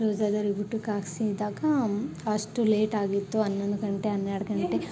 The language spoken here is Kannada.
ರೋಝದೋರಿಗೆ ಊಟಕ್ಕೆ ಹಾಕ್ಸಿದಾಗ ಅಷ್ಟು ಲೇಟ್ ಆಗಿತ್ತು ಹನ್ನೊಂದು ಗಂಟೆ ಹನ್ನೆರಡು ಗಂಟೆ